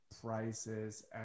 prices